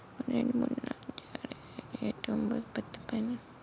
எட்டு ஒன்பது பத்து பதினொன்னு:ettu onpathu pathu pathinonu